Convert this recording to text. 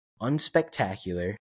unspectacular